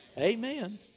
amen